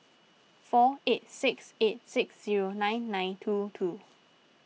four eight six eight six zero nine nine two two